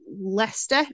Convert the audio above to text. Leicester